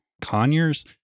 Conyers